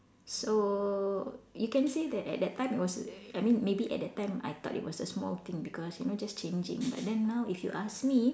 so you can say that at that time it was I mean maybe at that time I thought it was a small thing because you know just changing but then now if you ask me